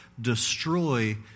destroy